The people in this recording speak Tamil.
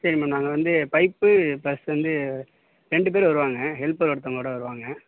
சரி மேம் நாங்கள் வந்து பைப்பு ஃபஸ்ட்டு வந்து ரெண்டு பேர் வருவாங்க ஹெல்பர் ஒருத்தவங்களோட வருவாங்க